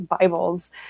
Bibles